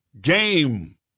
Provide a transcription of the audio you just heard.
game